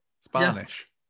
spanish